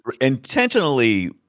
intentionally